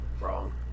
Wrong